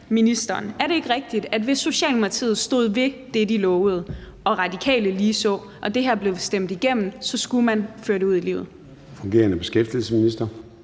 ministeren: Er det ikke rigtigt, at hvis Socialdemokratiet stod ved det, de lovede – og Radikale ligeså – og det her blev stemt igennem, så skulle man føre det ud i livet? Kl. 13:30 Formanden